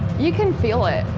you can feel it.